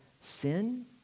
sin